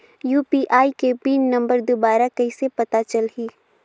UPI के PIN number दुबारा कइसे पता चलही?